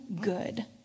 good